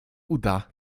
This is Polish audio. uda